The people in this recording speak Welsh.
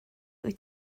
wyt